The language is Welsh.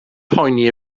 poeni